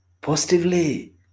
Positively